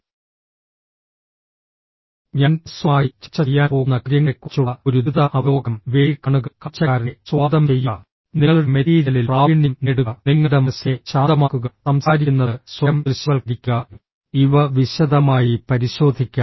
ഞാൻ ഹ്രസ്വമായി ചർച്ച ചെയ്യാൻ പോകുന്ന കാര്യങ്ങളെക്കുറിച്ചുള്ള ഒരു ദ്രുത അവലോകനം വേദി കാണുക കാഴ്ചക്കാരനെ സ്വാഗതം ചെയ്യുക നിങ്ങളുടെ മെറ്റീരിയലിൽ പ്രാവീണ്യം നേടുക നിങ്ങളുടെ മനസ്സിനെ ശാന്തമാക്കുക സംസാരിക്കുന്നത് സ്വയം ദൃശ്യവൽക്കരിക്കുക ഇവ വിശദമായി പരിശോധിക്കാം